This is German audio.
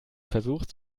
versucht